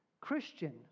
Christian